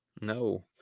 No